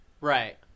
Right